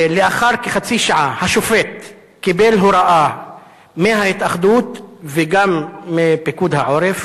לאחר כחצי שעה השופט קיבל הוראה מההתאחדות וגם מפיקוד העורף,